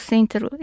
Centro